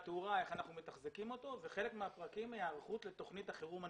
איך אנחנו מתחזקים אותו וחלק מהפרקים הם היערכות לתוכנית החירום הנמלית.